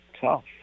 tough